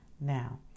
Now